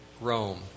Rome